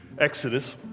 Exodus